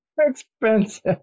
expensive